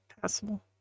passable